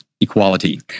equality